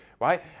right